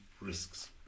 risks